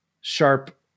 sharp